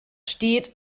steht